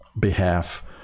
behalf